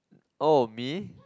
oh me